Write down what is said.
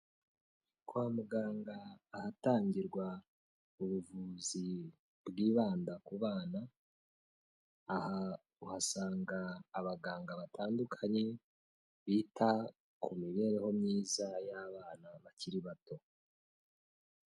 Kwa muganga ahatangirwa ubuvuzi bwibanda ku bana, aha uhasanga abaganga batandukanye, bita ku mibereho myiza y'abana bakiri bato.